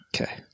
Okay